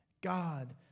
God